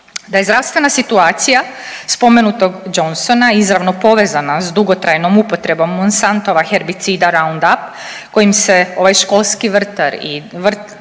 Da je zdravstvena situacija spomenutog Johnsona izravno povezana s dugotrajnom upotrebom Mosantova herbicida Roundup kojim se ovaj školski vrtlar i domar